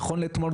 נכון לאתמול,